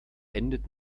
endet